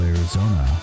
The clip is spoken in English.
Arizona